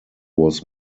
was